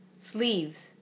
Sleeves